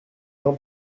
jean